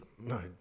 No